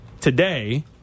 today